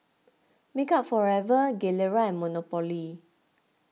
Makeup Forever Gilera and Monopoly